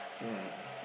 ya